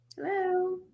Hello